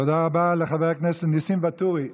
תודה רבה לחבר הכנסת ניסים ואטורי.